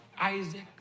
Isaac